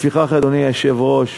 לפיכך, אדוני היושב-ראש,